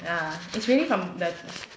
yeah it's really from that